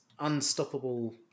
unstoppable